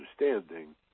understanding